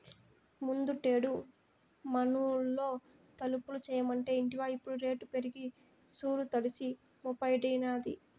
ముందుటేడు మనూళ్లో తలుపులు చేయమంటే ఇంటివా ఇప్పుడు రేటు పెరిగి సూరు తడిసి మోపెడైనాది